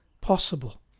possible